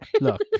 Look